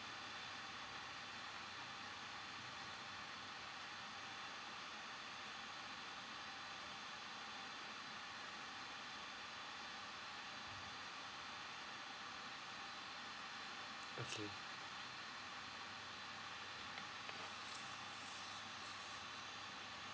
okay okay